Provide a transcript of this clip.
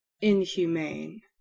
inhumane